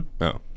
no